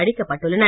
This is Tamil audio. அழிக்கப்பட்டுள்ளன